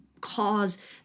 cause